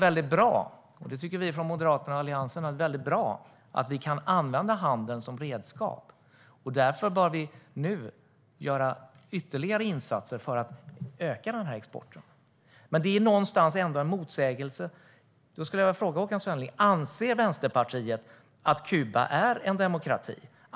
Vi i Moderaterna och Alliansen tycker att det är bra att vi kan använda handeln som redskap. Därför bör vi nu göra ytterligare insatser för att öka den här exporten. Någonstans finns det ändå en motsägelse. Därför vill jag fråga Håkan Svenneling: Anser Vänsterpartiet att Kuba är en demokrati?